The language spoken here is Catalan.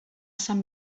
sant